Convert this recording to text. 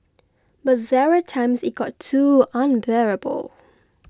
but there were times it got too unbearable